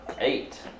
Eight